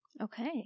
Okay